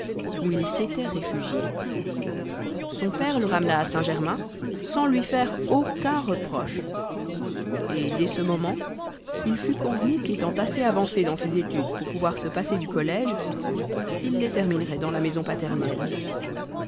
où il s'était réfugié son père le ramena à st germain sans lui faire aucun reproche et dès ce moment il fut convenu qu'étant assez avancé dans ses études pour pouvoir se passer du collége il les terminerait dans la maison paternelle